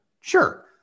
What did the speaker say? Sure